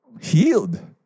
healed